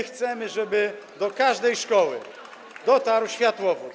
Chcemy, żeby do każdej szkoły dotarł światłowód.